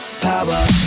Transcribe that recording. power